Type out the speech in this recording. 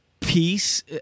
Peace